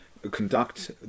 Conduct